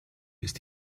ist